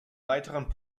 weiteren